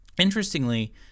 Interestingly